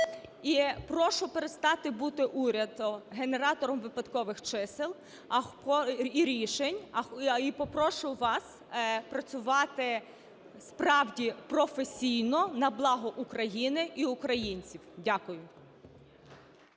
прошу перестати бути уряду генератором випадкових чисел і рішень. І попрошу вас працювати справді професійно на благо України і українців. Дякую.